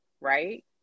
right